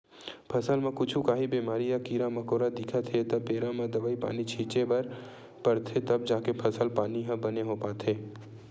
फसल म कुछु काही बेमारी या कीरा मकोरा दिखत हे त बेरा म दवई पानी छिते बर परथे तब जाके फसल पानी ह बने हो पाथे